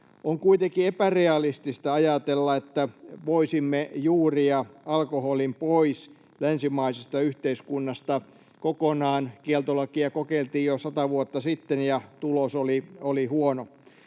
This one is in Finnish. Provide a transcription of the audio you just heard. On kuitenkin epärealistista ajatella, että voisimme juuria alkoholin pois länsimaisesta yhteiskunnasta kokonaan. Kieltolakia kokeiltiin jo sata vuotta sitten, ja tulos oli huono.